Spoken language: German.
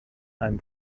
einem